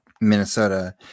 Minnesota